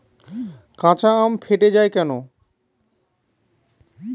কাঁচা আম ফেটে য়ায় কেন?